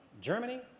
Germany